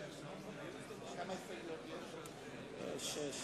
שש